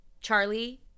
charlie